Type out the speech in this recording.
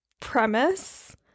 premise